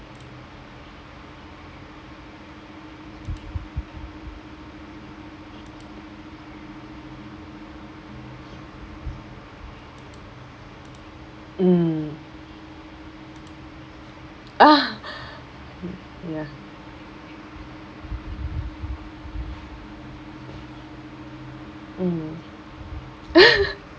mm ah ya mm